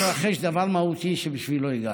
התרחש דבר מהותי שבשבילו הגעת.